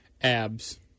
Abs